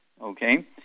Okay